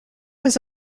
was